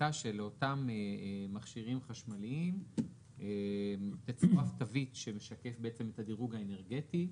הייתה שלאותם מכשירים חשמליים תצורף תווית שתשקף את הדירוג האנרגטי,